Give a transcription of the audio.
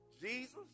Jesus